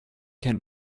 can